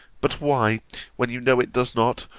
but why, when you know it does not,